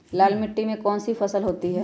लाल मिट्टी में कौन सी फसल होती हैं?